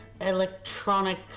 electronic